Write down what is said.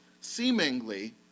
seemingly